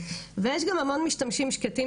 ויש גם המון משתמשים שקטים,